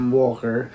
walker